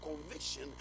conviction